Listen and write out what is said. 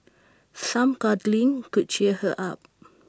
some cuddling could cheer her up